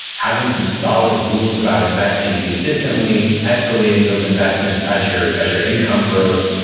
having some solid rules about investing consistently, escalating those investments as your as your income grows,